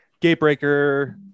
Gatebreaker